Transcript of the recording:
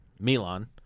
Milan